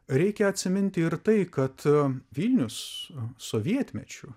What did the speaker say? reikia atsiminti ir tai kad vilnius sovietmečiu